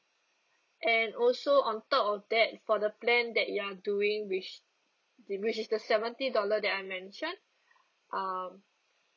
and also on top of that for the plan that you're doing which which is the seventy dollar that I mentioned um